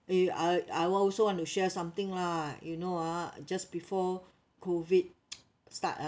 eh I I w~ also want to share something lah you know ah just before COVID start ah